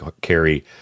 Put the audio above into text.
carry